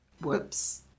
Whoops